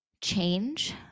change